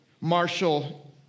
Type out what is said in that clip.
Marshall